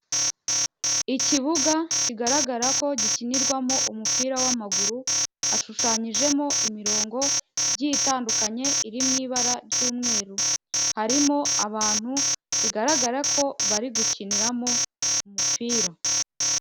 Ikibuga kigaragara ko gikinirwamo umupira w'amaguru, hashushanyijemo imirongo igiye itandukanye iri mu ibara ry'umweru, harimo abantu bigaragara ko bari gukiniramo umupira.